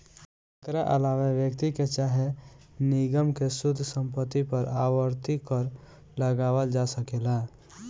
एकरा आलावा व्यक्ति के चाहे निगम के शुद्ध संपत्ति पर आवर्ती कर लगावल जा सकेला